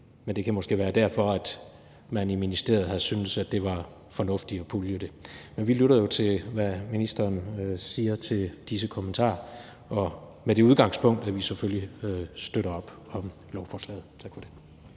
Men det kan måske være derfor, at man i ministeriet har syntes, at det var fornuftigt at pulje det. Men vi lytter jo til, hvad ministeren siger til disse kommentarer, med det udgangspunkt, at vi selvfølgelig støtter op om lovforslaget. Tak for det.